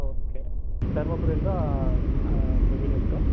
okay தர்மபுரியில தான் உங்கள் வீடு இருக்கா